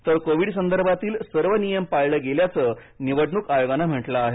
तर कोविड संदर्भातील सर्व नियम पाळले गेल्याचं निवडणूक आयोगाने म्हटलं आहे